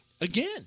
again